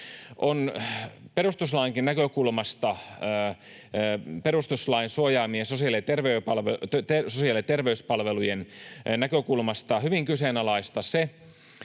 perustuslain suojaamien sosiaali- ja terveyspalvelujen näkökulmasta, hyvin kyseenalaista se,